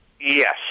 Yes